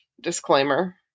Disclaimer